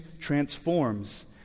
transforms